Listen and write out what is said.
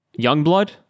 Youngblood